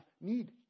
need